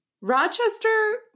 Rochester